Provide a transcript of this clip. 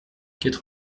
quatre